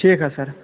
ٹھیٖک حظ سَر